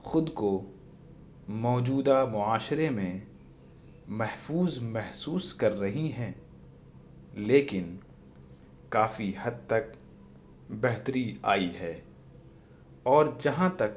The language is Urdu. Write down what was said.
خود کو موجودہ معاشرے میں محفوظ محسوس کر رہی ہیں لیکن کافی حد تک بہتری آئی ہے اور جہاں تک